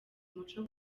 umuco